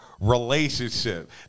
relationship